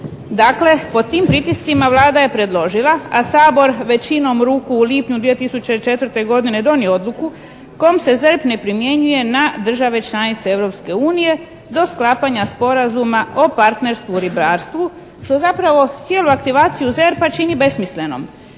Dakle, pod tim pritiscima Vlada je predložila a Sabor većinom ruku u lipnju 2004. godine donio odluku kojom se ZERP ne primjenjuje na države članice Europske unije do sklapanja Sporazuma o partnerstvu u ribarstvu što zapravo cijelu aktivaciju ZERP-a čini besmislenom